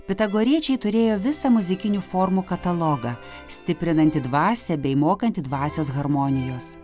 pitagoriečiai turėjo visą muzikinių formų katalogą stiprinantį dvasią bei mokantį dvasios harmonijos